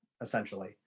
essentially